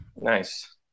Nice